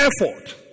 effort